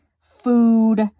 food